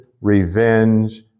revenge